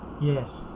Yes